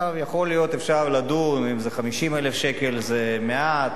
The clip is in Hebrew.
יכול להיות שאפשר לדון אם 50,000 שקל זה מעט,